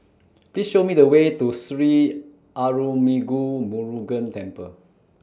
Please Show Me The Way to Sri Arulmigu Murugan Temple